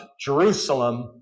Jerusalem